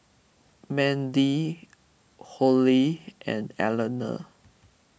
Mandie Hollie and Elena